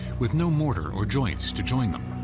with no mortar or joints to join them,